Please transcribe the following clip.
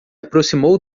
aproximou